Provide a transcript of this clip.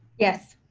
yes.